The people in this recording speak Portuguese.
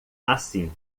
assim